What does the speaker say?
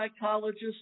psychologist